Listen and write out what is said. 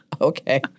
okay